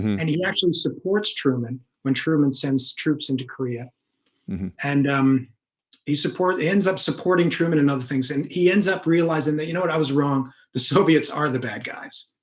and he actually supports truman when truman sends troops into korea and um he support ends up supporting truman and other things and he ends up realizing that you know what i was wrong the soviets are the bad guys,